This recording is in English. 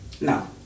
No